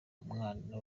umwana